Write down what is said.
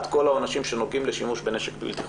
כל העונשים שנוגעים לשימוש בנשק בלתי-חוקי,